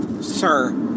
sir